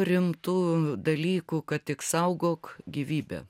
rimtų dalykų kad tik saugok gyvybę